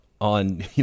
on